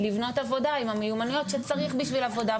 לבנות עבודה עם המיומנויות שצריך בשביל עבודה,